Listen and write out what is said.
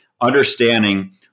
understanding